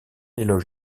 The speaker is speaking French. éloge